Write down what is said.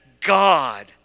God